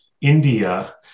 India